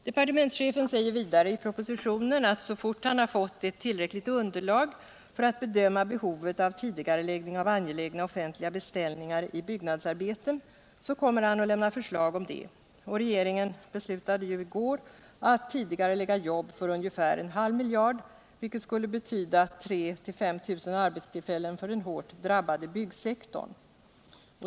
Departementschefen säger vidare i propositionen att så fort han har fått ett tillräckligt underlag för att bedöma behovet av en tidigareläggning av angelägna offentliga beställningar i byggnadsarbeten, kommer han att lämna förslag om det. Och regeringen beslutade ju i går att tidigarelägga jobb för ungefär en halv miljard, vilket skulle betyda 3 000-5 000 arbetstillfällen för den hårt drabbade byggsektorn.